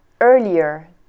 earlier